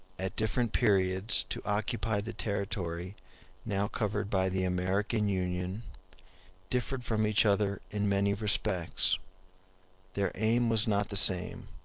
at different periods to occupy the territory now covered by the american union differed from each other in many respects their aim was not the same,